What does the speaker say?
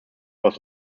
was